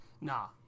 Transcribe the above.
nah